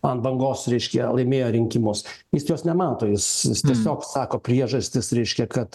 ant bangos reiškia laimėjo rinkimus jis jos nemato jis tiesiog sako priežastis reiškia kad